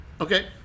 Okay